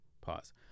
pause